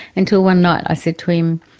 until one night i said to him,